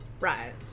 right